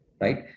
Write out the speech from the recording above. right